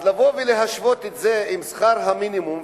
אז לבוא ולהשוות את זה עם שכר המינימום,